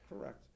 Correct